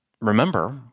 remember